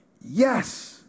yes